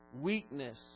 weakness